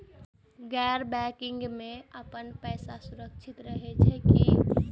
गैर बैकिंग में अपन पैसा सुरक्षित रहैत कि नहिं?